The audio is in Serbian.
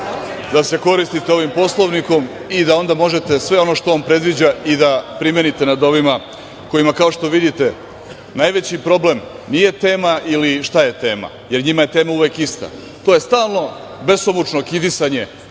da se koristite ovim Poslovnikom i da onda možete sve ono što on predviđa i da primenite nad ovima, kojima kao što vidite, najveći problem nije tema ili šta je tema, njima je tema uvek ista. To je stalno besomučno kidisanje